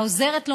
העוזרת,